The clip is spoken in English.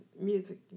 music